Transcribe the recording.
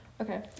Okay